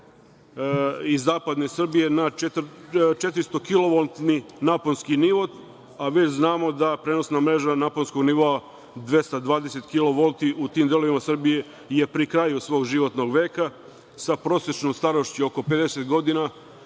i zapadne Srbije na 400 kilovoltni naponski nivo, mi znamo da je prenosna mreža naponskog nivoa 220 kilovolti, u tim delovima Srbije, pri kraju svog životnog veka sa prosečnom starošću oko 50 godina,